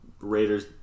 Raiders